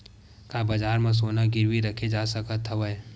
का बजार म सोना गिरवी रखे जा सकत हवय?